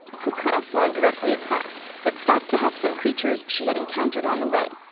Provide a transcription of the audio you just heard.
who could have flown directly across, but stopped to help some creatures she had encountered on the way.